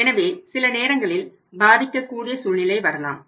எனவே சில நேரங்களில் பாதிக்கக்கூடிய சூழ்நிலை வரலாம்